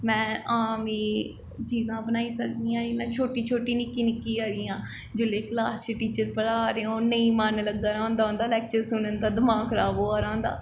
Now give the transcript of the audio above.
में हां में चीज़ां बनाई सकनी आं एह् में छोटी छोटी निक्की निक्की आई गेइयां जिसलै क्लास च टीचर पढ़ा दे होन नेईंं मन लग्गा दा होंदा उं'दा लैक्चर सुनन दा दमाक खराब होआ दा होंदा